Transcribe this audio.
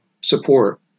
support